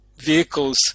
vehicles